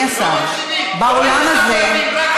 לא מקשיבים,